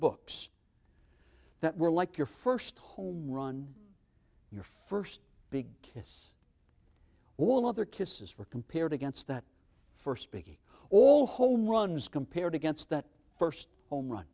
books that were like your first home run your first big kiss all of their kisses were compared against that for speaking all home runs compared against that first home run